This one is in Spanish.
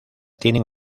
tienen